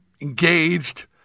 engaged